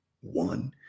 One